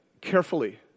carefully